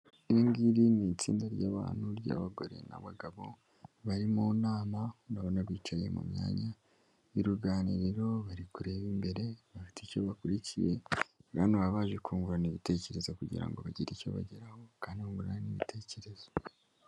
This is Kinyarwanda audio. Iri ngiri ni itsinda ry'abantu ry'abagore n'abagabo bari mu nama, ndabona bicaye mu myanya y'uruganiriro bari kureba imbere, bafite icyo bakurikiye. Hano baba baje kungurana ibitekerezo kugira ngo bagire icyo bageraho, kandi bungurane ibitekerezo.